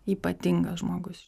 ypatingas žmogus